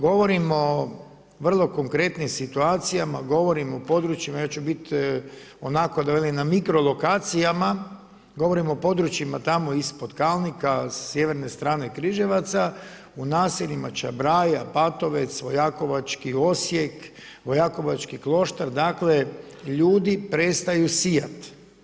Govorimo o vrlo konkretnim situacijama, govorimo područjima, ja ću biti onako da velim na mikro lokacijama, govorimo o područjima tamo ispod Kalnika, sjeverne strane Križevaca, u naseljima Čabraja, Batovec, Vojakovački Osijek, Vojakovački Kloštar, dakle ljudi prestaju sijat.